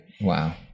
Wow